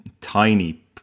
tiny